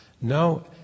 No